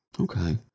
Okay